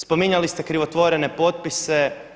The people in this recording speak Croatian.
Spominjali ste krivotvorene potpise.